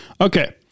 Okay